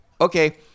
okay